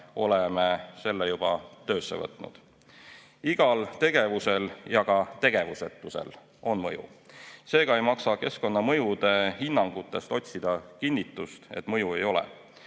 Oleme selle juba töösse võtnud. Igal tegevusel ja ka tegevusetusel on mõju. Seega ei maksa keskkonnamõjude hinnangutest otsida kinnitust, et mõju ei ole.